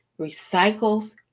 recycles